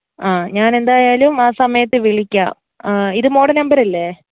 ആ ഞാൻ എന്തായാലും ആ സമയത്ത് വിളിക്കാം ആ ഇത് മോളുടെ നമ്പർ അല്ലേ